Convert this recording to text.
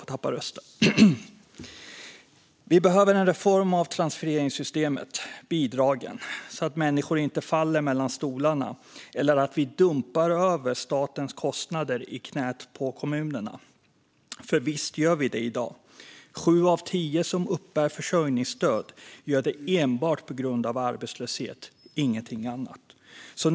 Vi behöver en reform av transfereringssystemet, bidragen, så att människor inte faller mellan stolarna eller så att vi inte dumpar över statens kostnader i knät på kommunerna, för visst gör vi det i dag. Sju av tio som uppbär försörjningsstöd gör det enbart på grund av arbetslöshet, inget annat.